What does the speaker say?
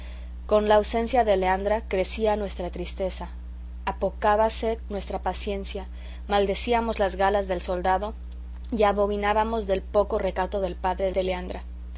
con la ausencia de leandra crecía nuestra tristeza apocábase nuestra paciencia maldecíamos las galas del soldado y abominábamos del poco recato del padre de leandra